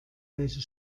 welche